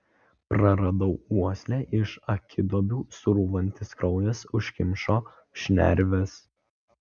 praradau uoslę iš akiduobių srūvantis kraujas užkimšo šnerves